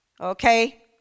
Okay